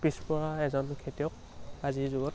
পিছপৰা এজন খেতিয়ক আজিৰ যুগত